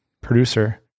producer